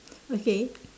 okay